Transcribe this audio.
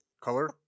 Color